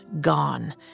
gone